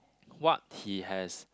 what he has